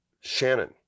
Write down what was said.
Shannon